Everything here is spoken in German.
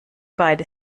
beide